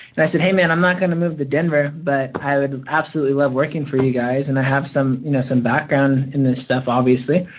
and i said, hey man, i'm not gonna move to denver, but i would absolutely love working for you guys, and i have some you know some background in this stuff, obviously.